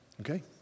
Okay